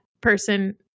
person